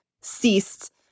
ceased